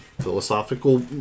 philosophical